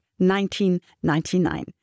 1999